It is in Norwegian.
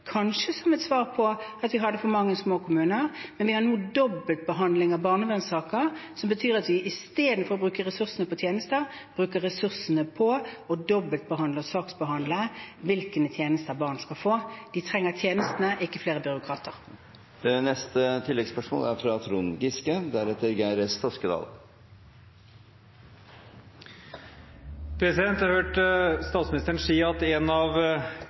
kanskje som et svar på at vi har for mange små kommuner. Vi har nå en dobbeltbehandling av barnevernssaker, noe som betyr at vi i stedet for å bruke ressursene på tjenester bruker ressursene på å saksbehandle hvilke tjenester barn skal få. De trenger tjenestene, ikke flere byråkrater. Trond Giske – til oppfølgingsspørsmål. Jeg hørte statsministeren si at en av grunnene til at man skal slå sammen kommuner, er at man får en